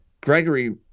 Gregory